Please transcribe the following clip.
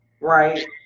right